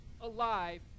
alive